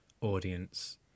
audience